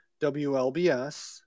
WLBS